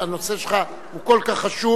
הנושא שלך הוא כל כך חשוב.